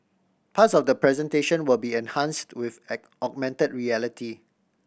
parts of the presentation will be enhanced with an augmented reality